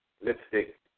lipstick